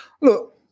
look